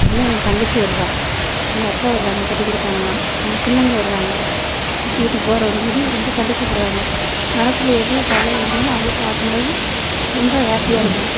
ஏன்னால் என் தங்கச்சி வருவாள் எங்கள் அக்கா வருவாங்க கட்டிக் கொடுத்தாங்கன்னா அவங்க பிள்ளைங்கள் வருவாங்க சித்தி வீட்டுக்கு போகிறோம் அப்படின்னு சொல்லி ரொம்ப சந்தோஷப்படுவாங்க மனசில் எவ்வளோ கவலைகளிருந்தாலும் அவங்களை பார்க்கும் போது ரொம்ப ஹேப்பியாயிருக்கும்